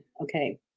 Okay